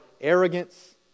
arrogance